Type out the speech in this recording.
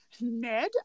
ned